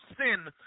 sin